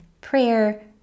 prayer